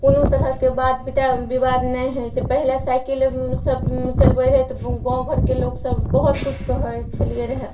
कोनो तरहके बात बात विवाद नहि होइ छै पहिले साइकिले सब चलबय रहय तब गाँव घरके लोक सब बहुत किछु कहय छलियै रहय